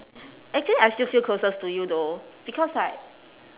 actually I still feel closest to you though because like